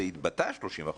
זה התבטא ב-30%.